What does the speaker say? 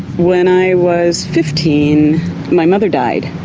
when i was fifteen my mother died.